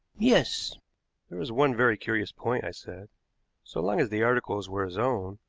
yes there is one very curious point, i said so long as the articles were his own,